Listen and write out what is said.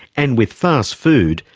and, with fast food,